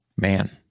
Man